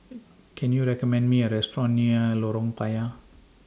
Can YOU recommend Me A Restaurant near Lorong Payah